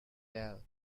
bell